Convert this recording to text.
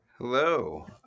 Hello